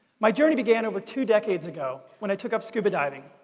my journey began over two decades ago when i took up scuba diving.